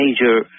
major